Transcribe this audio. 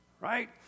right